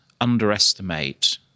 underestimate